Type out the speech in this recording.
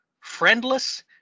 friendless